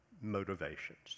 motivations